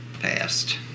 past